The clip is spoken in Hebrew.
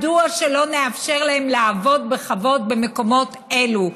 מדוע שלא נאפשר להם לעבוד בכבוד במקומות האלה?